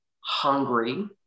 hungry